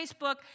Facebook